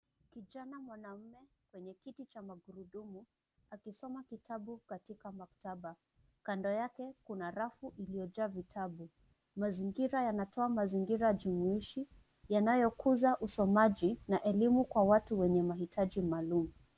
Kijana mwanamume mwenye kiti cha magurudumu akisoma kitabu katika maktaba, kando yake kuna rafu iliyojaa vitabu, mazingira yanatoa mazingira jumuishi yanayokuza usomaji na elimu kwa watu wenye mahitaji maalum.